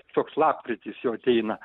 toks lapkritis jau ateina